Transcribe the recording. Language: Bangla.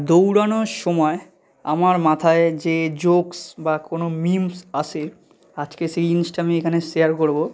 দৌড়ানোর সময় আমার মাথায় যে জোকস বা কোনো মিমস আসে আজকে সেই জিনিসটা আমি এখানে শেয়ার করবো